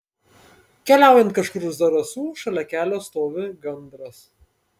keliaujant kažkur už zarasų šalia kelio stovi gandras